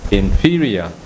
inferior